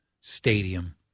stadium